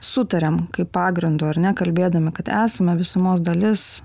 sutariam kaip pagrindu ar nekalbėdami kad esame visumos dalis